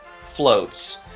floats